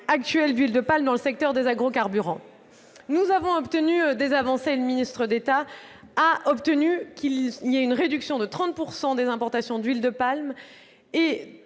actuelle d'huile de palme dans le secteur des agrocarburants. Nous avons obtenu des avancées. Le ministre d'État a obtenu une réduction de 30 % des importations d'huile de palme, et